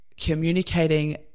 communicating